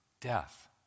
death